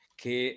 che